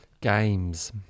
Games